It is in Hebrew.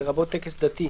לרבות טקס דתי,